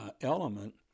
element